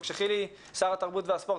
כשחילי, שר התרבות והספורט,